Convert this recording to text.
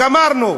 גמרנו,